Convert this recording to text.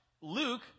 Luke